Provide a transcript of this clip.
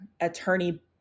attorney